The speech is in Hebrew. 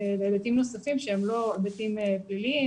להיבטים נוספים שהם לא היבטים פליליים,